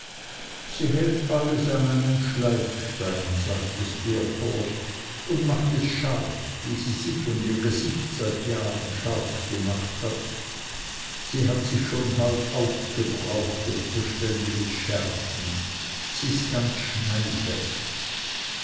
sie hält alles an einen schleifstein sagte steerforth und macht es scharf wie sie sich und ihr gesicht seit jahren scharf gemacht hat sie hat sich schon halb aufgebraucht durch beständiges schärfen sie ist ganz schneide